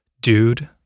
Dude